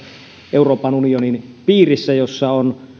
euroopan unionin piirissä jossa on